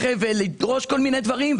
לדרוש כל מיני דברים,